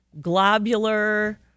globular